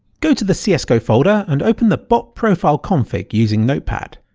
go to the cs go folder and open the botprofile config using notepad.